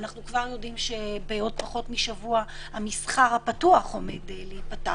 ואנחנו כבר יודעים שבעוד פחות משבוע המסחר הפתוח עומד להיפתח,